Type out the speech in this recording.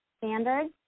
standards